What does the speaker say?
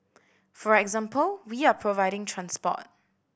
for example we are providing transport